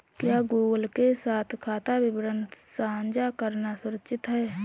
क्या गूगल के साथ खाता विवरण साझा करना सुरक्षित है?